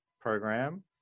program